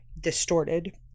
distorted